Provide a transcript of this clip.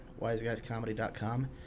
wiseguyscomedy.com